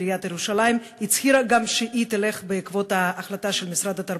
עיריית ירושלים הצהירה גם שהיא תלך בעקבות ההחלטה של משרד התרבות.